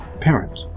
parent